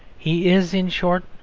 he is, in short,